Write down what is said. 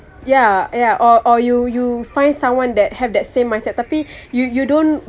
ya ya or or you you find someone that have that same mindset tapi you you don't